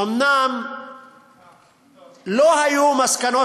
אומנם לא היו מסקנות,